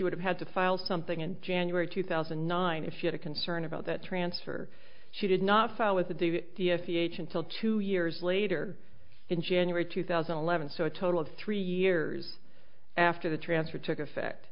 would have had to file something in january two thousand and nine if she had a concern about that transfer she did not file with the d v d f e h until two years later in january two thousand and eleven so a total of three years after the transfer took effect